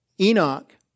Enoch